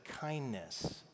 kindness